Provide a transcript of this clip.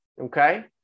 Okay